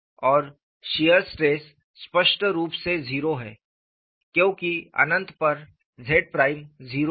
और shear stress स्पष्ट रूप से 0 है क्योंकि अनंत पर Z प्राइम 0 है